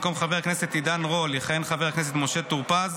במקום חבר הכנסת עידן רול יכהן חבר הכנסת משה טור פז.